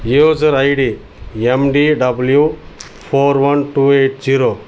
user I D M D W four one two eight zero